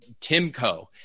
Timco